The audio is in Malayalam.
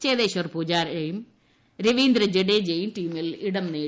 ചേതേശ്വർ പൂജാരയും രവീന്ദ്ര ജഡേജയും ടീമിൽ ഇടം നേടി